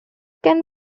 can